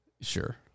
Sure